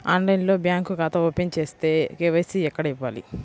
ఆన్లైన్లో బ్యాంకు ఖాతా ఓపెన్ చేస్తే, కే.వై.సి ఎక్కడ ఇవ్వాలి?